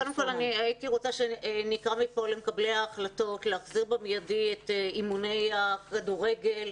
אני רוצה שנקרא מפה למקבלי ההחלטות להחזיר במיידי את אימוני הכדורגל,